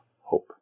hope